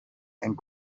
and